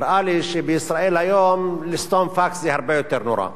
נראה לי שבישראל היום לסתום פקס זה הרבה יותר נורא,